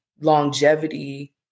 longevity